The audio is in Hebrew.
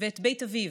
ואת בית אביו.